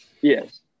Yes